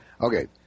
okay